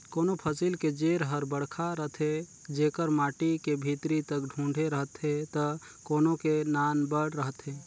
कोनों फसिल के जेर हर बड़खा रथे जेकर माटी के भीतरी तक ढूँके रहथे त कोनो के नानबड़ रहथे